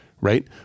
right